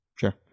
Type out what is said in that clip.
Sure